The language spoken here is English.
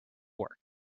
work